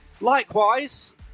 likewise